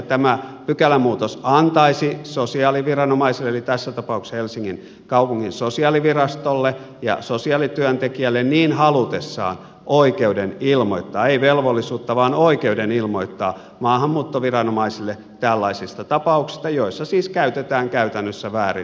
tämä pykälämuutos antaisi sosiaaliviranomaiselle eli tässä tapauksessa helsingin kaupungin sosiaalivirastolle ja sosiaalityöntekijälle niin halutessaan oikeuden ei velvollisuutta vaan oikeuden ilmoittaa maahanmuuttoviranomaisille tällaisista tapauksista joissa siis käytetään käytännössä väärin suomalaista sosiaaliturvaa